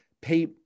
pay